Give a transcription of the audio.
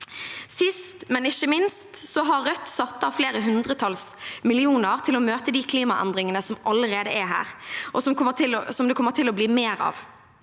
Sist, men ikke minst har Rødt satt av flere hundretalls millioner til å møte de klimaendringene som allerede er her, og som det kommer til å bli mer av.